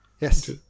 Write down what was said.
yes